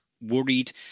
worried